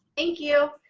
thank you.